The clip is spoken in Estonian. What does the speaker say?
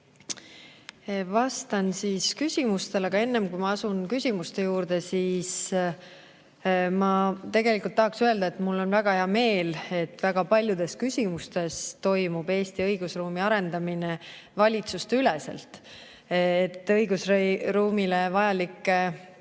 Vastan siis küsimustele. Aga enne, kui ma asun küsimuste juurde, tahaksin öelda, et mul on väga hea meel, et väga paljudes küsimustes toimub Eesti õigusruumi arendamine valitsusteüleselt. Õigusruumile vajalikke